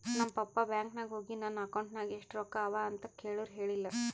ನಮ್ ಪಪ್ಪಾ ಬ್ಯಾಂಕ್ ನಾಗ್ ಹೋಗಿ ನನ್ ಅಕೌಂಟ್ ನಾಗ್ ಎಷ್ಟ ರೊಕ್ಕಾ ಅವಾ ಅಂತ್ ಕೇಳುರ್ ಹೇಳಿಲ್ಲ